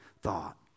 thought